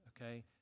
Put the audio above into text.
okay